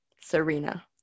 Serena